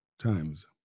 times